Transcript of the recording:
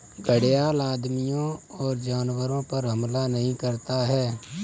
घड़ियाल आदमियों और जानवरों पर हमला नहीं करता है